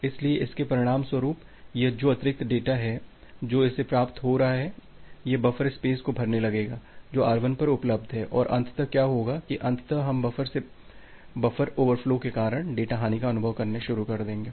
इसलिए इसके परिणामस्वरूप यह जो अतिरिक्त डेटा है जो इसे प्राप्त हो रहा है यह बफर स्पेस को भरने लगेगा जो R1 पर उपलब्ध है और अंततः क्या होगा कि अंततः हम बफर से बफर ओवरफ्लो के कारण डेटा हानि का अनुभव करेंगे